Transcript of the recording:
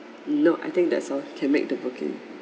no I think that's all can make the booking